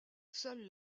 seule